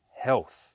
health